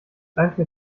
danke